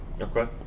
Okay